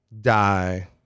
Die